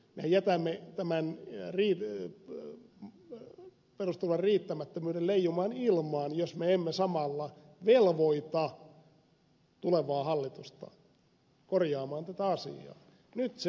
mehän jätämme tämän perusturvan riittämättömyyden leijumaan ilmaan jos me emme samalla velvoita tulevaa hallitusta korjaamaan tätä asiaa